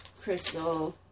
Crystal